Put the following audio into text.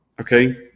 Okay